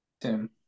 Tim